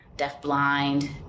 deaf-blind